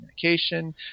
communication